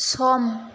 सम